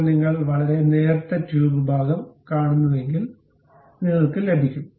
ഇപ്പോൾ നിങ്ങൾ വളരെ നേർത്ത ട്യൂബ് ഭാഗം കാണുന്നുവെങ്കിൽ നിങ്ങൾക്ക് ലഭിക്കും